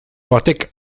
batek